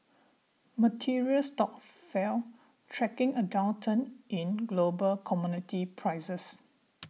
materials stocks fell tracking a downturn in global commodity prices